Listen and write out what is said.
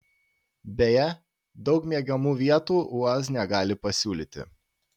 beje daug miegamų vietų uaz negali pasiūlyti